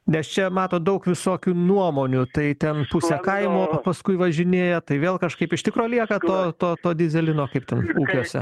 nes čia matot daug visokių nuomonių tai ten pusę kaimo paskui važinėja tai vėl kažkaip iš tikro lieka to to dyzelino kaip ten ūkiuose